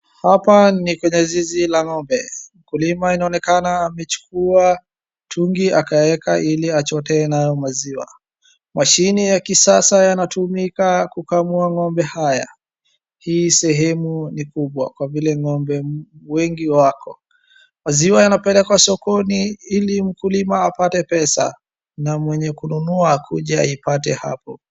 Hapa ni kwenye zizi la ng'ombe, mkulima inaonekana amechukua mtungi akaweka ili achote nayo maziwa. Mashini ya kisasa yanatumika kukamua ng'ombe haya. Hii sehemu ni kubwa kwa vile ng'ombe wengi wako. Maziwa yanapelekwa sokoni ili mkulima apate pesa na mwenye kununua akuje aipate hapo.